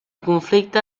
conflicte